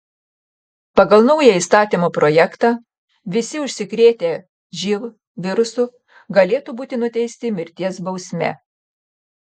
pagal naują įstatymo projektą visi užsikrėtę živ virusu galėtų būti nuteisti mirties bausme